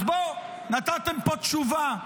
אז בוא, נתתם פה תשובה,